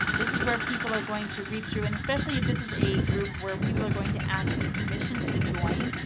this is where people are going to read through. and especially if this is a group where people are going to ask permission to join.